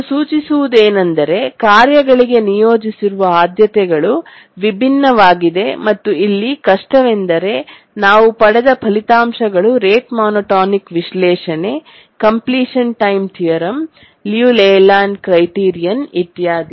ಇದು ಸೂಚಿಸುವುದೇನೆಂದರೆ ಕಾರ್ಯಗಳಿಗೆ ನಿಯೋಜಿಸಿರುವ ಆದ್ಯತೆಗಳು ವಿಭಿನ್ನವಾಗಿದೆ ಮತ್ತು ಇಲ್ಲಿ ಕಷ್ಟವೆಂದರೆ ನಾವು ಪಡೆದ ಫಲಿತಾಂಶಗಳು ರೇಟ್ ಮೋನೋಟೋನಿಕ್ ವಿಶ್ಲೇಷಣೆ completion time theorem Liu Layland criterion ಇತ್ಯಾದಿ